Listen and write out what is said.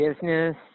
business